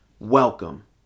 welcome